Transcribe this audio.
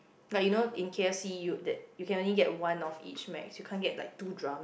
like you know in k_f_c you that you can only get one of each max you can't get two drum